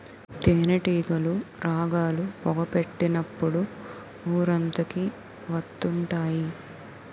తేనేటీగలు రాగాలు, పొగ పెట్టినప్పుడు ఊరంతకి వత్తుంటాయి